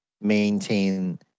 maintain